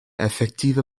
effektive